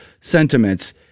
sentiments